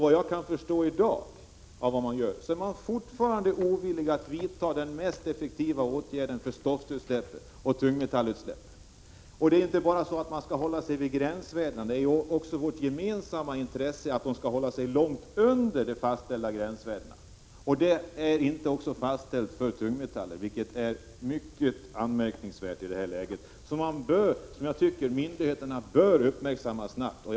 Vad jag kan förstå är man fortfarande ovillig att vidta den mest effektiva åtgärden när det gäller att minska stoftoch tungmetallutsläppen. Man skall inte bara hålla sig till gränsvärdena, utan det ligger också i vårt gemensamma intresse att företagen skall hålla sig långt under de fastställda gränsvärdena. Något gränsvärde är inte fastställt för tungmetaller, vilket är mycket anmärkningsvärt. Jag tycker att myndigheterna snabbt måste uppmärksamma detta förhållande.